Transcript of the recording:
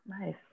nice